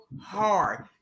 hard